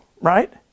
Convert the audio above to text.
Right